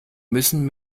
müssen